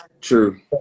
True